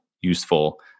useful